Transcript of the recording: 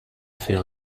feel